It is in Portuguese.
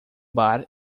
bar